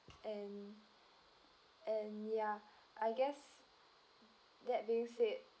and and ya I guess that being said